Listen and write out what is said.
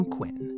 Quinn